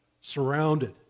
surrounded